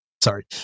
sorry